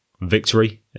victory